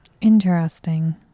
Interesting